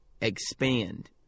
expand